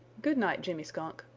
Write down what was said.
good night, jimmy skunk,